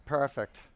perfect